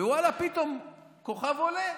ואללה, פתאום כוכב עולה,